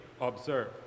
observe